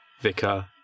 vicar